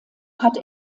hat